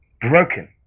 Broken